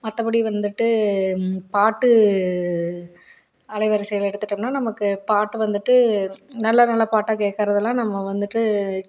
மற்றபடி வந்துட்டு பாட்டு அலைவரிசையில் எடுத்துட்டோம்னா நமக்குப் பாட்டு வந்துட்டு நல்ல நல்ல பாட்டாக கேட்கறதல்லாம் நம்ம வந்துட்டு